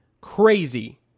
crazy